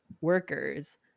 workers